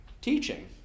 Teaching